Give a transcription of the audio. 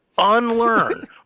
unlearn